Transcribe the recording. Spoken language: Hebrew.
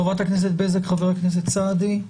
חברת הכנסת ענבל בזק וחבר הכנת אוסאמה סעדי?